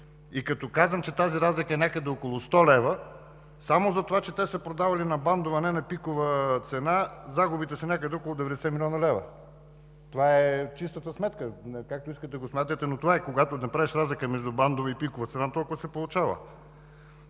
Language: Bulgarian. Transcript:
и, като казвам, че тази разлика е някъде около 100 лв., само затова че те са продавали на бандова, а не на пикова цена, загубите са някъде около 90 млн. лв. Това е чистата сметка, както искате го смятайте, но това е. Когато направиш разлика между бандова и пикова цена, толкова се получава.